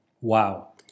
Wow